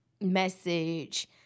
message